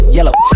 Yellow